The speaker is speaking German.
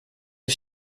die